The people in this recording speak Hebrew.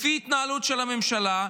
לפי ההתנהלות של הממשלה,